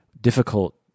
difficult